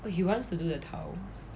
he wants to do the tiles